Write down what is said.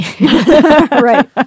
Right